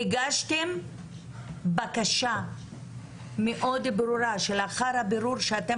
הגשתם בקשה מאוד ברורה שלאחר הבירור שאתם